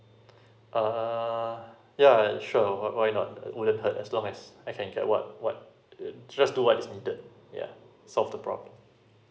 uh yeah sure why why not uh wouldn't hurt as long as I can get work what uh just do what is needed yeah solve the problem